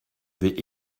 vais